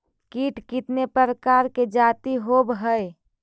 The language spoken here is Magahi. कीट कीतने प्रकार के जाती होबहय?